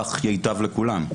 כך ייטב לכולם.